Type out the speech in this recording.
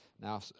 Now